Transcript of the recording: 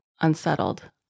unsettled